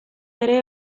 ere